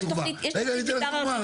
אני אתן לך דוגמה.